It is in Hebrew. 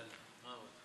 ההצעה להעביר את